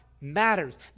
matters